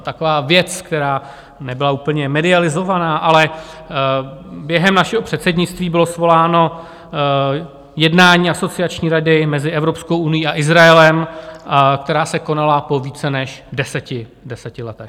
Taková věc, která nebyla úplně medializována, ale během našeho předsednictví bylo svoláno jednání Asociační rady mezi Evropskou unií a Izraelem, která se konala po více než deseti letech.